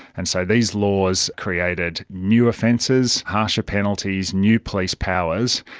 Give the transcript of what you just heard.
and so these laws created new offences, harsher penalties, new police powers,